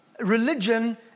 Religion